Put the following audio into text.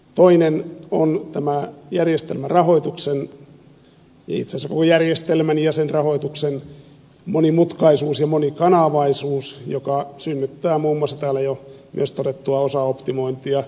toinen on tämän järjestelmän rahoituksen itse asiassa koko järjestelmän ja sen rahoituksen monimutkaisuus ja monikanavaisuus joka synnyttää muun muassa täällä jo myös todettua osaoptimointia